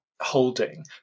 holding